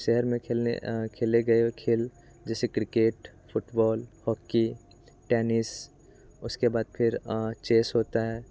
शहर में खेलने खेले गए खेल जैसे क्रिकेट फ़ुटबॉल हॉकी टैनिस उसके बाद फिर चेस होता है